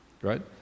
right